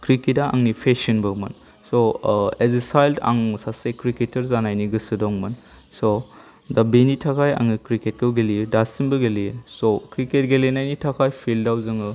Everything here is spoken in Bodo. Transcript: क्रिकेटा आंनि पेसनबोमोन स' एस ए साइल्ड आं सासे क्रिकेटार जानायनि गोसो दंमोन स' दा बेनि थाखाय आङो क्रिकेटखौ गेलेयो दासिमबो गेलेयो स' क्रिकेट गेलेनायनि थाखाय फिल्डआव जोङो